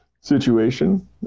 situation